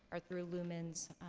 are through lumens,